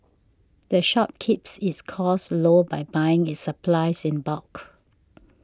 the shop keeps its costs low by buying its supplies in bulk